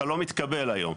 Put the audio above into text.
אתה לא מתקבל היום,